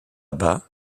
bas